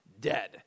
dead